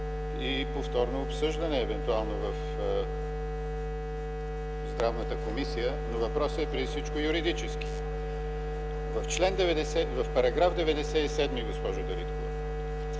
въпросът е преди всички юридически. В § 97, госпожо Дариткова,